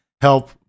help